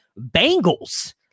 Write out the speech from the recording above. Bengals